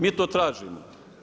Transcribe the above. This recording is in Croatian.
Mi to tražimo.